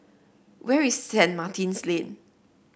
where is St Martin's Lane